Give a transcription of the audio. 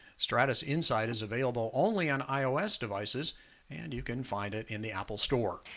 stratus insight is available only on ios devices and you can find it in the apple store.